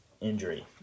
injury